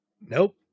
Nope